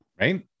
Right